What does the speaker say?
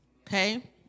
okay